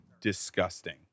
disgusting